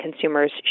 consumers